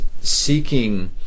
seeking